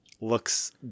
Looks